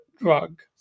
drug